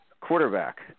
quarterback